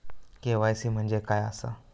KYC म्हणजे काय आसा?